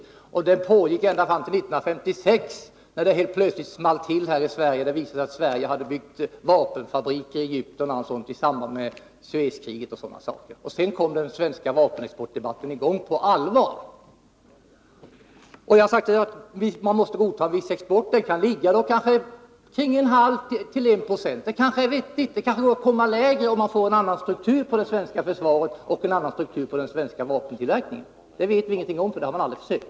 Och denna stora vapenexport pågick ända fram till 1956, då det helt plötsligt small till i Sverige när det visade sig att Sverige hade byggt vapenfabriker i Egypten i samband med Suezkriget. Sedan kom den svenska vapenexportdebatten i gång på allvar. Man måste godta viss export — det är kanske vettigt att den ligger kring 1/2-1 90. Det kanske går att komma lägre om vi får en annan struktur på det svenska försvaret och en annan struktur på den svenska vapentillverkningen. Det vet vi ingenting om, för det har man aldrig prövat.